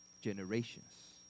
generations